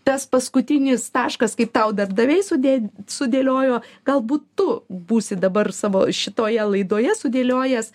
tas paskutinis taškas kaip tau darbdaviai sudė sudėliojo galbūt tu būsi dabar savo šitoje laidoje sudėliojęs